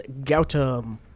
Gautam